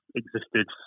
existed